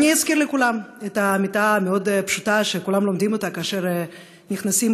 אזכיר לכולם את האמיתה הפשוטה מאוד שכולם לומדים כאשר מתחילים